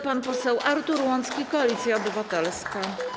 Pan poseł Artur Łącki, Koalicja Obywatelska.